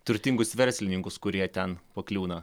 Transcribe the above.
turtingus verslininkus kurie ten pakliūna